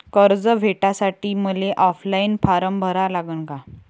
कर्ज भेटासाठी मले ऑफलाईन फारम भरा लागन का?